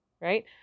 Right